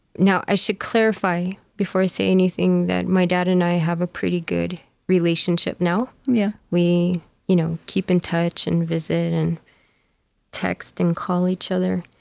now, i should clarify before i say anything that my dad and i have a pretty good relationship now. yeah we you know keep in touch and visit and text and call each other.